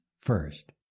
first